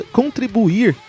contribuir